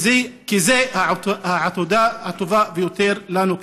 כי זו העתודה הטובה ביותר לנו כחברה.